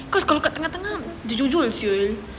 cause kalau tengah-tengah terjojol [siol]